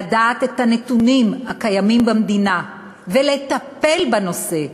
לדעת את הנתונים הקיימים במדינה ולטפל בנושא,